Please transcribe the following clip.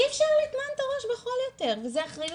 אי אפשר לטמון את הראש בחול יותר וזה אחריות